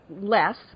less